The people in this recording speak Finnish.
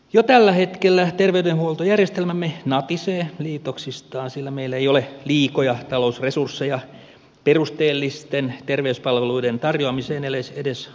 jo tällä hetkellä terveydenhuoltojärjestelmämme natisee liitoksistaan sillä meillä ei ole liikoja talousresursseja perusteellisten terveyspalveluiden tarjoamiseen edes omille kansalaisille